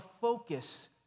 focus